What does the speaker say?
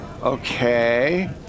Okay